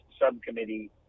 subcommittee